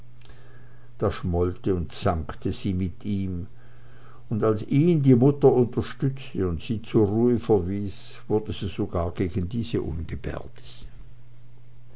da schmollte und zankte sie mit ihm und als ihn die mutter unterstützte und sie zur ruhe verwies wurde sie sogar gegen diese